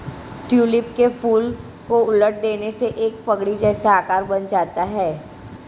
tulip के फूल को उलट देने से एक पगड़ी जैसा आकार बन जाता है